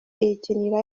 yikinira